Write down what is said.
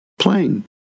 playing